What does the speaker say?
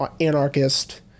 anarchist